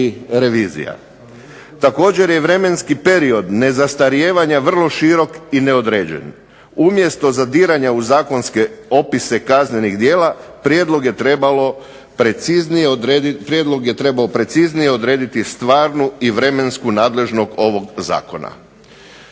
Također je vremenski period nezastarijevanja vrlo širok i neodređen. Umjesto zadiranja u zakonske opise kaznenih djela prijedlog je trebao preciznije odrediti stvarnu i vremensku nadležnost ovog zakona.